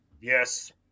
yes